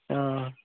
हां